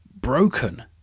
broken